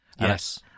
yes